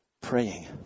praying